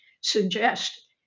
suggest